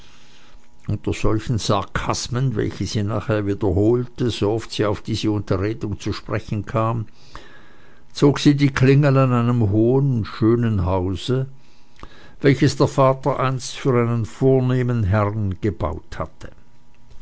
unter solchen sarkasmen welche sie nachher wiederholte sooft sie auf diese unterredung zu sprechen kam zog sie die klingel an einem hohen und schönen hause welches der vater einst für einen vornehmen herrn gebaut hatte